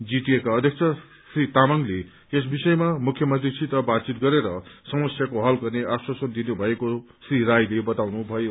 GTA का अध्यक्ष श्री तामंगले यस विषयमा मुख्यमंत्रीसित बातचित गरेर समस्याको हल गन्ने आश्वासन दिनुभएको श्री राईले बताउनुभयो